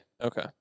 Okay